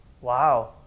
Wow